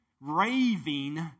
raving